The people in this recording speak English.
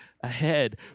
ahead